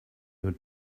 your